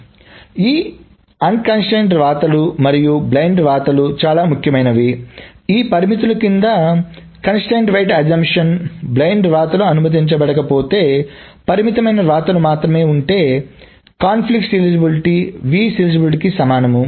కాబట్టి ఈ అనియంత్రిత వ్రాతలు మరియు బ్లైండ్ వ్రాతలు చాలా ముఖ్యం కాబట్టి ఈ పరిమితుల క్రింద నిర్బంధ వ్రాత ఊహ బ్లైండ్ వ్రాతలు అనుమతించబడకపోతే పరిమితమైన వ్రాతలు మాత్రమే ఉంటే కాన్ఫ్లిక్ట్ సీరియలైజబిలిటీ వీక్షణ సీరియలైజబిలిటీకి సమానం